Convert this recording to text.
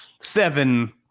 Seven